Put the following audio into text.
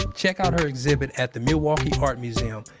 check out our exhibit at the milwaukee art museum.